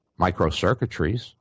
microcircuitries